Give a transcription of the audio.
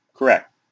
Correct